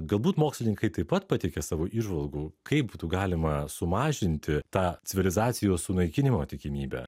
galbūt mokslininkai taip pat pateikia savo įžvalgų kaip būtų galima sumažinti tą civilizacijos sunaikinimo tikimybę